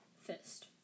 fist